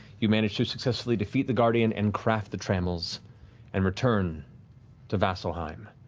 you managed to successfully defeat the guardian, and craft the trammels and return to vasselheim,